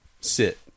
sit